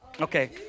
Okay